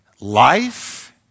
Life